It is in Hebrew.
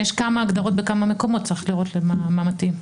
יש כמה הגדרות בכמה מקומות, צריך לראות מה מתאים.